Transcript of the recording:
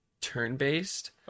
turn-based